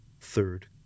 third